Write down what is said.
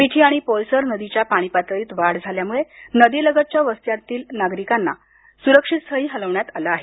मिठी आणि पोयसर नदीच्या पाणी पातळीत वाढ झाल्यामुळे नदी लगतच्या वस्त्यातील नागरिकांना सुरक्षितस्थळी हलवण्यात आलं आहे